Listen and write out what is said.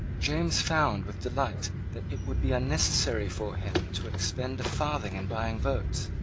james found with delight that it would be unnecessary for him to expend a farthing in buying votes.